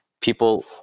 people